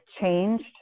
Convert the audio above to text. changed